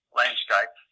landscape